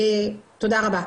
תודה רבה.